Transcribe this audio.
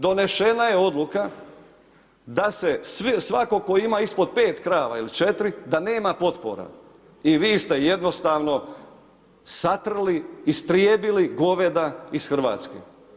Donešena je odluka da se svako ko ima ispod 5 krava ili 4 da nema potpora i vi ste jednostavno satrli, istrijebili goveda ih Hrvatske.